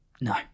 No